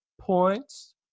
points